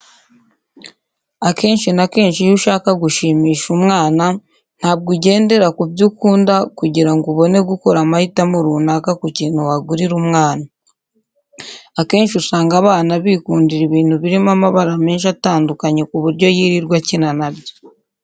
Akenshi na kenshi iyo ushaka gushimisha umwana ntabwo ugendera ku byo ukunda kugira ngo ubone gukora amahitamo runaka ku kintu wagurira umwana. Akenshi usanga abana nikundira ibintu birimo amabara menshi atandukanye ku buryo yirirwa akina na byo.